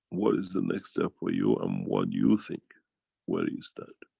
what is the next step for you and what you think where you stand?